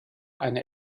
eine